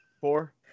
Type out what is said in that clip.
Four